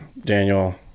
Daniel